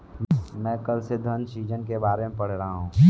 मैं कल से धन सृजन के बारे में पढ़ रहा हूँ